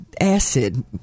acid